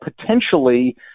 potentially